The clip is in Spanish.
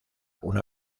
una